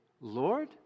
Lord